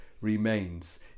remains